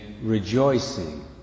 rejoicing